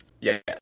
Yes